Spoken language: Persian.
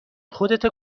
خودتو